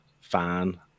fan